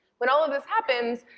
when all of this happens,